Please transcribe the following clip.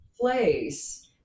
place